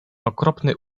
okropny